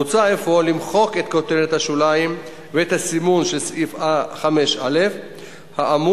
מוצע אפוא למחוק את כותרת השוליים ואת הסימון של סעיף 5א האמור